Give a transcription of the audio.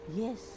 yes